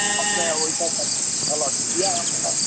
अपने ओहिपर झलक इएह